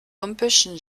olympischen